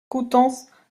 coutances